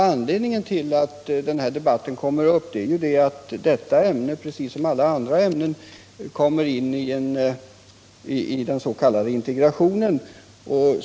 Anledningen till den här debatten är ju att detta ämne som alla andra ämnen kommer in i den s.k. integrationen.